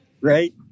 right